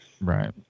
Right